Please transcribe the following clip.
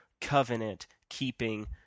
covenant-keeping